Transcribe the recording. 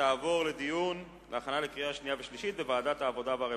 ותעבור לדיון להכנה לקריאה שנייה וקריאה שלישית לוועדת העבודה והרווחה.